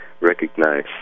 recognize